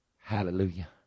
Hallelujah